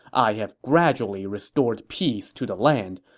i have gradually restored peace to the land,